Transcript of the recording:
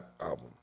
album